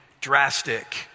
drastic